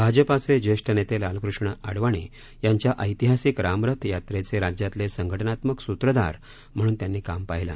भाजपाचे ज्येष्ठ नेते लालकृष्ण अडवाणी यांच्या ऐतिहासिक रामरथ यात्रेचे राज्यातले संघटनात्मक सूत्रधार म्हणून त्यांनी काम पाहिलं